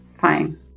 fine